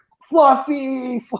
fluffy